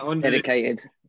Dedicated